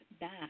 back